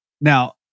Now